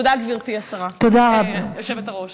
תודה, גברתי השרה, היושבת-ראש.